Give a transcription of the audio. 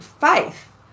faith